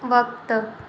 वक़्तु